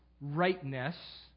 rightness